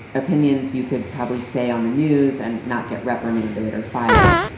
opinions you could probably say on the news and not get reprimanded or fired.